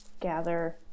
gather